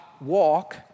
walk